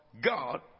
God